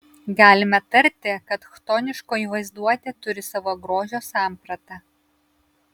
galime tarti kad chtoniškoji vaizduotė turi savo grožio sampratą